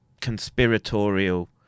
conspiratorial